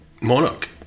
monarch